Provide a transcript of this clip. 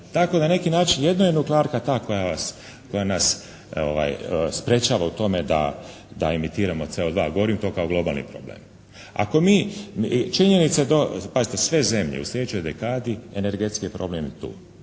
Tako na neki način jedno je nuklearka ta koja nas sprječava u tome da emitiramo CO2, govorim to kao globalni problem. Ako mi, i činjenica je to, pazite sve zemlje u sljedećoj dekadi, energetski problem je tu